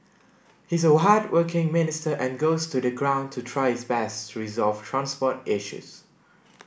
he's a hardworking minister and goes to the ground to try his best to resolve transport issues